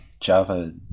Java